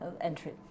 Entry